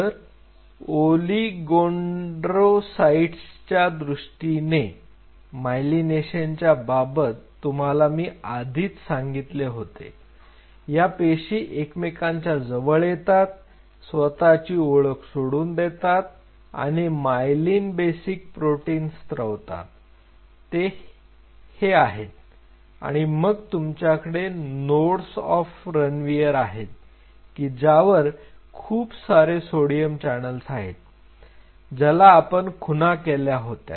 तर ओलीगोडेंडरोसाईटच्या दृष्टीने मायलीनेशनच्याबाबत तुम्हाला मी आधीच सांगितले होते या पेशी एकमेकांच्या जवळ येतात स्वतःची ओळख सोडून देतात आणि मायलिन बेसिक प्रोटीन स्त्रवतात ते हे आहेत आणि मग तुमच्याकडे नोड्स ऑफ रणवियर आहेत की ज्यावर खूप सारे सोडियम चॅनल्स आहेत ज्याला आपण खुणा केल्या आहेत